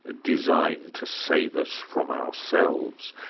ah designed to save us from ourselves'.